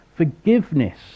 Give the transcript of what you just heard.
Forgiveness